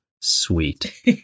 sweet